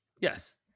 Yes